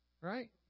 Right